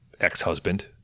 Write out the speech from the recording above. ex-husband